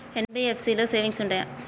NBFC లో savings ఉంటయా?